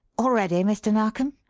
all ready, mr. narkom?